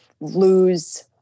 lose